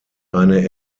eine